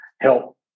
help